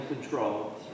control